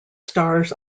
stars